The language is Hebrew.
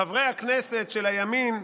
חברי הכנסת של הימין,